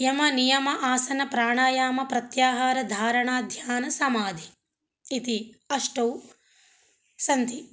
यमनियम आसन प्राणायामप्रत्याहार धारणाध्यानसमाधिः इति अष्टौ सन्ति